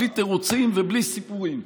בלי תירוצים ובלי סיפורים.